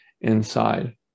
inside